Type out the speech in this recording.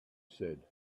said